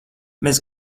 mēs